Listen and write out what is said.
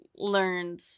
learned